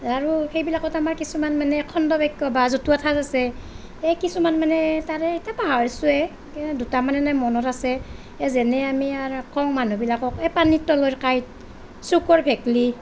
আৰু সেইবিলাকত আমাৰ কিছুমান মানে খণ্ড বাক্য বা জতুৱা ঠাঁচ আছে সেই কিছুমান মানে তাৰে এতিয়া পাহৰিছোঁৱে দুটামান এনেই মনত আছে যেনে এ আমি আৰু কওঁ মানুহবিলাকক এই পানীৰ তলৰ কাঁইট চুকৰ ভেকুলী